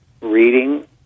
reading